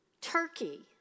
Turkey